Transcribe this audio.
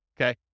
okay